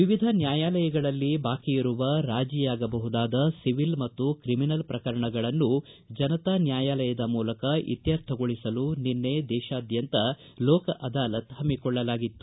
ವಿವಿಧ ನ್ಯಾಯಾಲಯಗಳಲ್ಲಿ ಬಾಕಿಯಿರುವ ರಾಜಿಯಾಗಬಹುದಾದ ಸಿವಿಲ್ ಮತ್ತು ತ್ರಿಮಿನಲ್ ಪ್ರಕರಣಗಳನ್ನು ಜನತಾ ನ್ನಾಯಾಲಯದ ಮೂಲಕ ಇತ್ಸರ್ಥಗೊಳಿಸಲು ನಿನ್ನೆ ದೇಶಾದ್ಯಂತ ಲೋಕ ಅದಾಲತ್ ಹಮ್ಗಿಕೊಳ್ಳಲಾಗಿತ್ತು